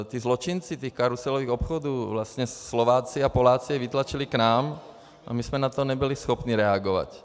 Ti zločinci karuselových obchodů, vlastně Slováci a Poláci je vytlačili k nám a my jsme na to nebyli schopni reagovat.